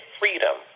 freedom